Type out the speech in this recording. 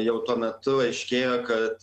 jau tuo metu aiškėjo kad